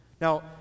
Now